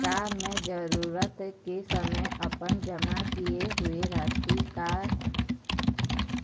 का मैं जरूरत के समय अपन जमा किए हुए राशि